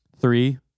Three